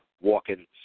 walking